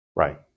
Right